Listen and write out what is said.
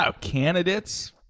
Candidates